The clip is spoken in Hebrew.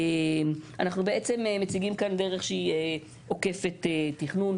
אנחנו בעצם מציגים כאן דרך שהיא עוקפת תכנון.